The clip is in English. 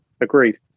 Agreed